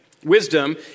Wisdom